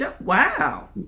wow